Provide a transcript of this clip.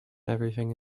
everything